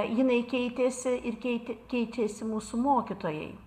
jinai keitėsi ir keitė keičiasi mūsų mokytojai